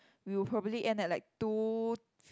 we will probably end at like two